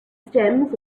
stems